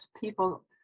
people